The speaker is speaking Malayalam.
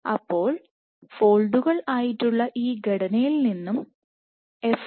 അപ്പോൾ ഫോൾഡുകൾ ആയിട്ടുള്ള ഈ ഘടനയിൽ നിന്നും എഫ്